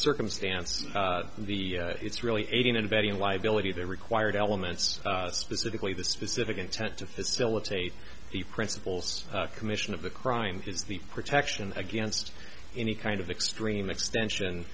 circumstance the it's really aiding and abetting liability they're required elements specifically the specific intent to facilitate the principles commission of the crime is the protection against any kind of extreme extension